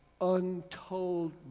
untold